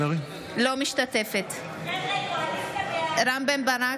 אינה משתתפת בהצבעה רם בן ברק,